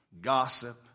gossip